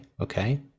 okay